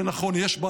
אנחנו צריכים פה חופש.